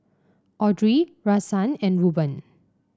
Audrey Rahsaan and Ruben